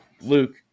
Luke